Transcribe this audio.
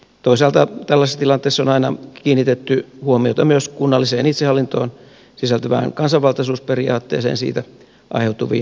toisaalta tällaisessa tilanteessa on aina kiinnitetty huomiota myös kunnalliseen itsehallintoon sisältyvään kansanvaltaisuusperiaatteeseen siitä aiheutuviin vaatimuk siin